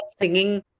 singing